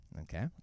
Okay